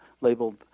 labeled